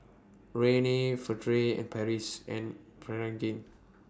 Rene Furtere and Paris and Pregain